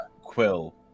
quill